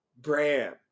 Bram